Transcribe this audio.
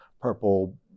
purple